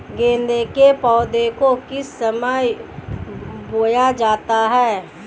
गेंदे के पौधे को किस समय बोया जाता है?